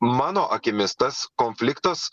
mano akimis tas konfliktas